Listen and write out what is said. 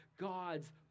God's